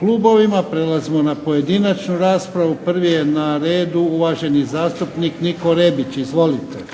klubovima. Prelazimo na pojedinačnu raspravu. Prvi je na redu uvaženi zastupnik Niko Rebić. Izvolite.